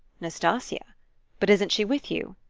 nastasia but isn't she with you?